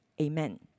Amen